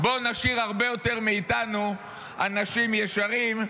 בואו נשאיר הרבה יותר מאיתנו אנשים ישרים,